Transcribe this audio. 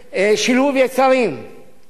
אוי לי מיוצרי ואוי לי מיצרי,